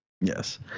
Yes